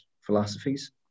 philosophies